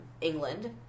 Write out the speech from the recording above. England